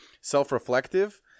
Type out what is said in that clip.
self-reflective